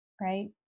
right